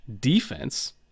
defense